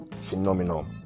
phenomenal